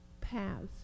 paths